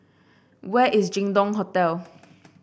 where is Jin Dong Hotel